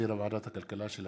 שהחזירה ועדת הכלכלה.